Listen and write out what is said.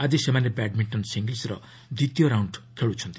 ଆଜି ସେମାନେ ବ୍ୟାଡ୍ମିଣ୍ଟନ୍ ସିଙ୍ଗଲ୍ସ୍ର ଦ୍ୱିତୀୟ ରାଉଣ୍ଡ୍ ଖେଳୁଛନ୍ତି